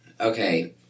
okay